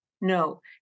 No